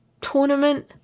tournament